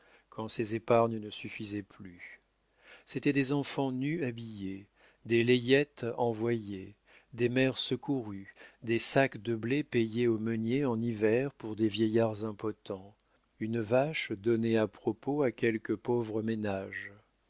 quand ses épargnes ne suffisaient plus c'était des enfants nus habillés des layettes envoyées des mères secourues des sacs de blé payés aux meuniers en hiver pour des vieillards impotents une vache donnée à propos à quelque pauvre ménage